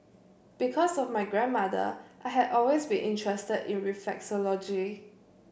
because of my grandmother I had always been interested in reflexology